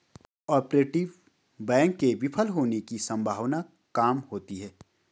cooperative bank के विफल होने की सम्भावना काम होती है